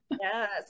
Yes